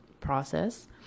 process